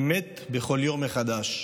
אני מת בכל יום מחדש.